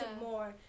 more